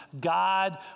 God